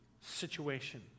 situation